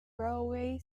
railway